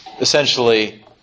essentially